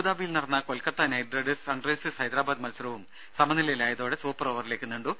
അബുദാബിയിൽ നടന്ന Kolkata knight riders sunrisers Hyderabad മത്സരവും സമനിലയിലായതോടെ സൂപ്പർ ഓവറിലേക്ക് നീണ്ടു